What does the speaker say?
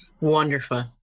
Wonderful